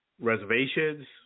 reservations